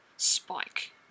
spike